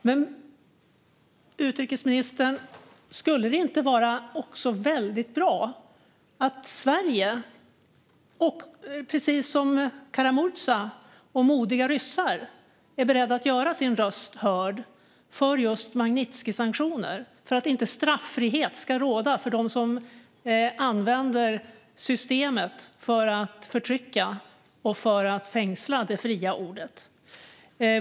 Men, utrikesministern, skulle det inte vara väldigt bra om Sverige, precis som Kara-Murza och andra modiga ryssar, är berett att göra sin röst hörd för just Magnitskijsanktioner för att inte straffrihet ska råda för dem som använder systemet för att förtrycka och för att fängsla det fria ordet?